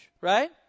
right